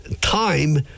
Time